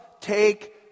take